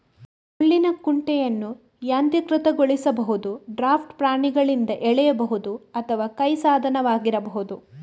ಹುಲ್ಲಿನ ಕುಂಟೆಯನ್ನು ಯಾಂತ್ರೀಕೃತಗೊಳಿಸಬಹುದು, ಡ್ರಾಫ್ಟ್ ಪ್ರಾಣಿಗಳಿಂದ ಎಳೆಯಬಹುದು ಅಥವಾ ಕೈ ಸಾಧನವಾಗಿರಬಹುದು